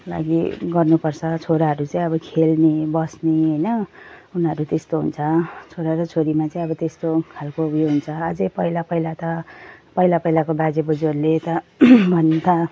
लागि गर्नुपर्छ छोराहरू चाहिँ अब खेल्ने बस्ने होइन उनीहरू त्यस्तो हुन्छ छोरा र छोरीमा चाहिँ अब त्यस्तो खालको उयो हुन्छ अझै पहिला पहिला त पहिला पहिलाको बाजेबोजूहरूले त भन्नु त